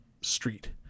street